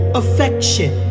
affection